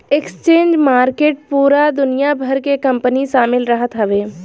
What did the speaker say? exchange market पूरा दुनिया भर के कंपनी शामिल रहत हवे